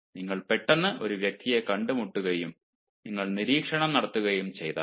നിങ്ങൾ പെട്ടെന്ന് ഒരു വ്യക്തിയെ കണ്ടുമുട്ടുകയും നിങ്ങൾ നിരീക്ഷണം നടത്തുകയും ചെയ്താൽ